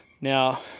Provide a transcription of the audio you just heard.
now